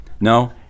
No